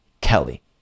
Kelly